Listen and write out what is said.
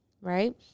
Right